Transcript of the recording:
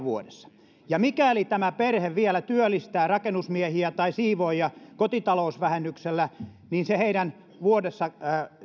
vuodessa ja mikäli tämä perhe vielä työllistää rakennusmiehiä tai siivoojia kotitalousvähennyksellä niin se heidän vuodessa